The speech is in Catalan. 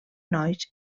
nois